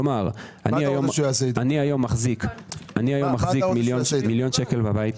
כלומר אני היום מחזיק מיליון שקל בבית.